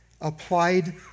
applied